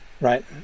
right